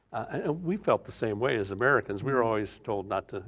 we felt the same way as americans, we were always told not to,